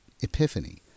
epiphany